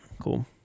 cool